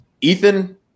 Ethan